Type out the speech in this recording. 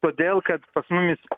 todėl kad pas mumis